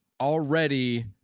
already